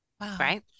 Right